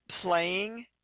playing